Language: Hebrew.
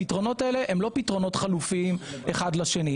הפתרונות האלה הן לא פתרונות חלופיים אחד לשני,